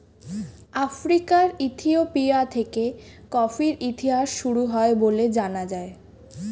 আফ্রিকার ইথিওপিয়া থেকে কফির ইতিহাস শুরু হয় বলে জানা যায়